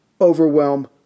overwhelm